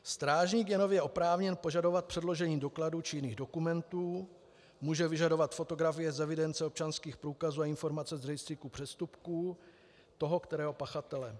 Strážník je nově oprávněn požadovat předložení dokladů či jiných dokumentů, může vyžadovat fotografie z evidence občanských průkazů, informace z rejstříku přestupků toho kterého pachatele.